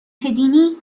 دینی